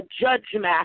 judgment